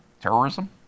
terrorism